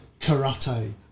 karate